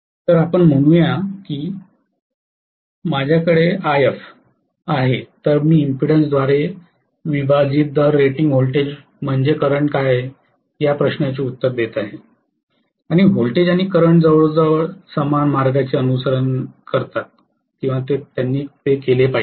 तर आपण म्हणू या की माझ्याकडे If आहे तर मी इम्पेडन्सद्वारे विभाजित दर रेटिंग व्होल्टेज म्हणजे करंट आहे या प्रश्नाचे उत्तर देत आहे आणि व्होल्टेज आणि करंट जवळजवळ समान मार्गाचे अनुसरण केले पाहिजे